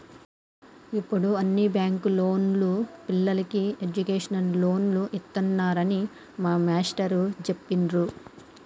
యిప్పుడు అన్ని బ్యేంకుల్లోనూ పిల్లలకి ఎడ్డుకేషన్ లోన్లు ఇత్తన్నారని మా మేష్టారు జెప్పిర్రు